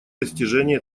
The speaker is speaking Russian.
достижения